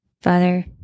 father